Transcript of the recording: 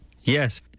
Yes